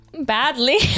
Badly